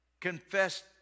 confessed